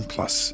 Plus